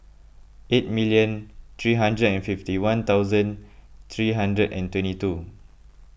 eight million three hundred and fifty one thousand three hundred and twenty two